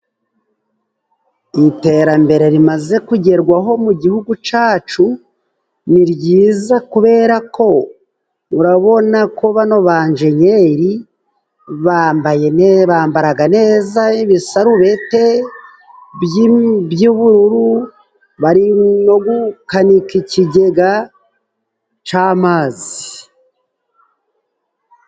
Iterambere rimaze kugerwaho mu gihugu cyacu ni ryiza, kubera ko urabona ko bano ba njeniyeri bambaye bambara neza ibisarubeti by'ubururu, bari no gukanika ikigega cy'amazi.